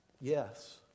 Yes